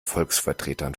volksvertretern